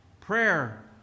Prayer